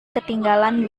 ketinggalan